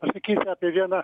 pasakyt apie vieną